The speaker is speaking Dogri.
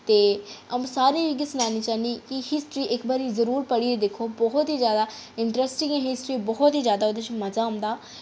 ते अ'ऊं सारें गी में सनाना चाह्न्नी कि हिस्ट्री इक बारी जरूर पढ़ियै दिक्खो बहुत ई जैदा इंट्रैस्टिंग ऐ हिस्ट्री बहुत ही जैदा इसदे च मजा औंदा